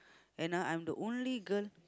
and ah I'm the only girl